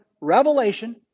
revelation